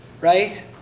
right